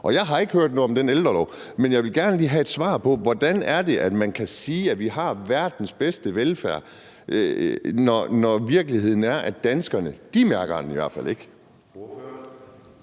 jeg har ikke hørt noget om den ældrelov. Men jeg vil gerne lige have et svar på, hvordan man kan sige, at vi har verdens bedste velfærd, når virkeligheden er, at danskerne i hvert fald ikke